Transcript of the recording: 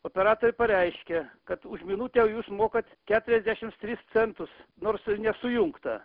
operatoriai pareiškė kad už minutę jūs mokat keturiasdešimt tris centus nors ir nesujungta